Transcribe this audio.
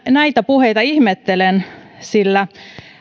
näitä puheita ihmettelen sillä